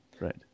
right